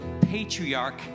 patriarch